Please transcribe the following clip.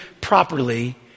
properly